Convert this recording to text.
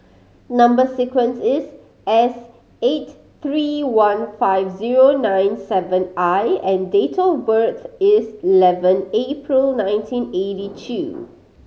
number sequence is S eight three one five zero nine seven I and date of birth is eleven April nineteen eighty two